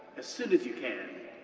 as soon as you can.